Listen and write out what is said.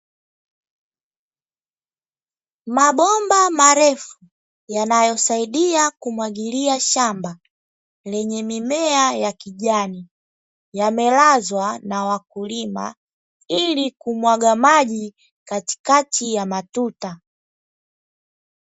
Mabomba marefu yanayosaidia kumwagilia shamba lenye mimea ya kijani, yamelazwa na wakulima ili kumwaga maji katikati ya matuta.